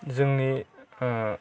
जोंनि